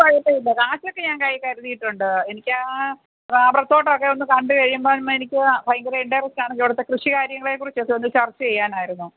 കുഴപ്പമില്ല കാശക്കെ ഞാൻ കയ്യിൽ കരുതിയിട്ടുണ്ട് എനിക്ക് റബ്ബർ തോട്ടവൊക്കെയൊന്ന് കണ്ട് കഴിയുമ്പം എനിക്കാ ഭയങ്കര ഇൻ്റെറെസ്റ്റാണ് അവിടുത്തെ കൃഷികാര്യങ്ങളേക്കുറിച്ചൊന്ന് ചർച്ച ചെയ്യാനായിരുന്നു